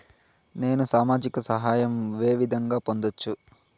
నేను సామాజిక సహాయం వే విధంగా పొందొచ్చు?